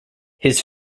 his